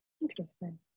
Interesting